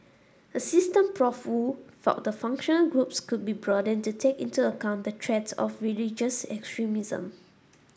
assistant Prof Woo felt the functional groups could be broadened to take into account the threat of religious extremism